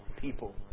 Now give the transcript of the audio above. people